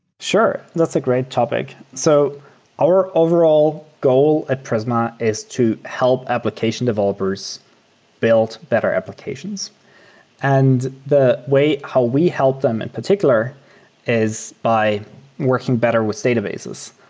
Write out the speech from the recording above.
sure. that's a great topic. so our overall goal at prisma is to help application developers build better applications and the way how we help them in particular is by working better with databases,